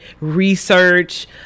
research